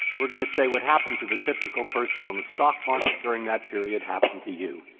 we're going to say what happened to the typical person on the stock market during that period happened to you,